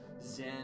Zen